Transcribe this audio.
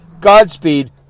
godspeed